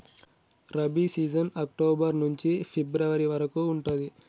rabi season October నుంచి ఫిబ్రవరి వరకు ఉంటది